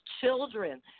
children